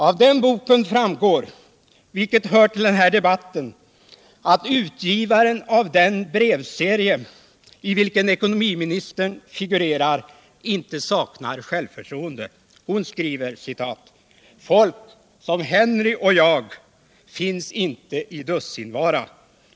Av den boken framgår, vilket hör till den här debatten, att utgivaren av den brevserie, i vilken ekonomiministern figurerar, inte saknar självförtroende. Hon skriver: ”Folk som Henry och jag finns inte i dussinvara.